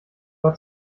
war